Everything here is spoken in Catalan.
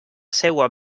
seua